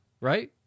right